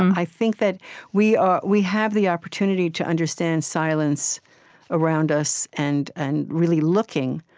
um i think that we um we have the opportunity to understand silence around us, and and really looking,